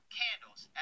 candles